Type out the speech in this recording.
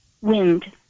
Wind